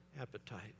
appetite